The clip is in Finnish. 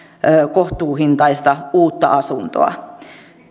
kohtuuhintaista uutta asuntoa